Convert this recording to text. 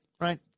right